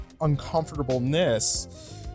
uncomfortableness